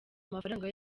amafaranga